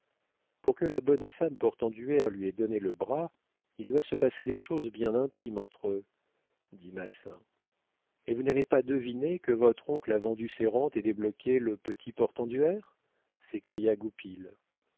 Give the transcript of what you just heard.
pour que la bonne femme portenduère lui ait donné le bras il doit se passer des choses bien intimes entre eux dit massin et vous n'avez pas deviné que votre oncle a vendu ses rentes et débloqué le petit portenduère s'écria